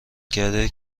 کرده